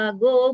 go